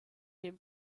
dem